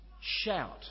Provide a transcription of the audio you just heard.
Shout